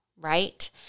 right